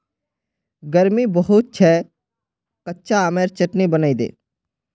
गर्मी बहुत छेक कच्चा आमेर चटनी बनइ दे